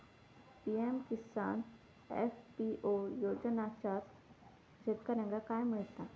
PM Kisan FPO योजनाच्यात शेतकऱ्यांका काय मिळता?